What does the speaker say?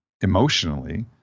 emotionally